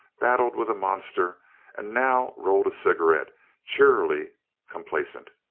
battled with a monster and now rolled a cigarette cheerily complacent.